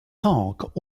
park